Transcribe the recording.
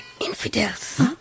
infidels